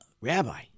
Rabbi